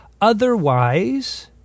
Otherwise